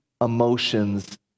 emotions